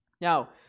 Now